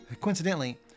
coincidentally